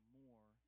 more